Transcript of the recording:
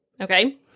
Okay